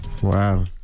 Wow